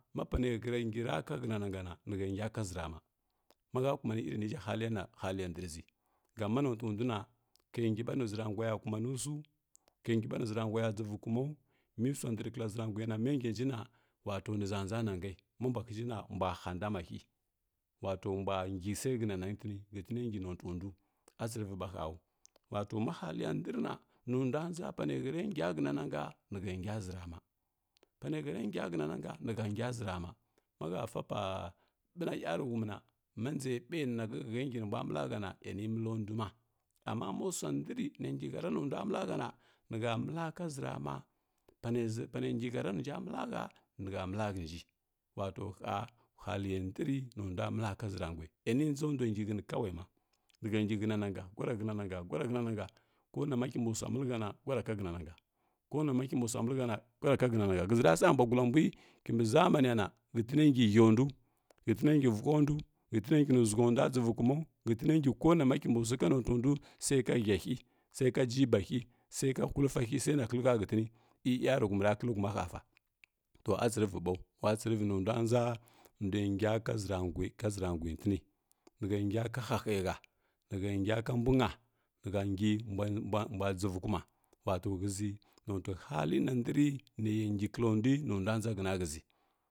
Mapane hara nsira kahənananga na nihə ngi ka ʒurama mahə kumani ireniʒhə halina haliya ndrʒi gam ma notunduna ka ngi ɓa ni ʒuransuya kumanusui ka ngi ɓa noʒuransuya ghivukumau mesua ndrkla ʒurasaina ma nganjina wato niʒanja nasai maubuatiʒhə na mbua handamahə ulato mbua ngi sai hənandini ghətin ngi notuindu a tsiviɓa həu watomahuliya ndrna nundua nʒa pane həranga hənananga nihə nga ʒurama pane hə ra nsa tiənananga nihə nga zurama mahəfa ɓa ɓino yaruhumina ma nʒe bai nahəhəhngi nimbua məla həana ani məlanduma amama ma sua ndri nangihəra nondua məla həna nihə məlaka ʒurama pane ngi həra ninja məlahə nihə ma’la hənji wato hə haliya ndrinu ndua məla zuragai ani nʒa ndua nguhəni kawaima nihə ngi hənanga gui hənangu guara hənananga konama kimbisua məlihə na suara ka lənananga, konama kimbusus məl həna guara ka hənananga, ghəʒi rasa mbuagu lambui kimbi zamaniyana ghətina ngi həu ndu ʒhətini ngi vughəndu ghətina ngi nuʒughəndua ghuvukumau ghətine ngi konuma kimbi notusu kanotundu saika həhi saika jiba hə saika hulfahə saina hilka həntini e yaruhumi fa kləhuma həsa to atsiri ɓau watsirivinu ndua nʒa ndua nga ka ʒurangui ka ʒuraguitini nihə nsa ka hahəiha nihə nsaka mbuna ni hə ngi mbua ghəvukuma wato ghəʒi notui halina ndri neya ngi klandui nindua nʒa hənahəʒi.